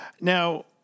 Now